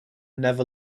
never